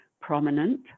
prominent